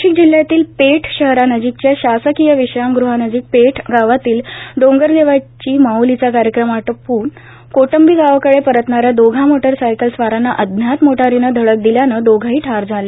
नाशिक जिल्ह्यातील पेठ शहरानजीकच्या शासकीय विश्रामगुहानजीक पेठ गावातील डोंगरदेवाची माऊलीचा कार्यक्रम आटोपून कोटंबी गावाकडे परतणाऱ्या दोघा मोटरसायकल स्वारांना अज्ञात मोटारीनं धडक दिल्यानं दोघेही ठार झाले